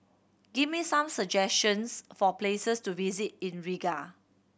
give me some suggestions for places to visit in Riga